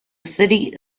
city